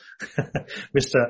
Mr